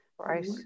Right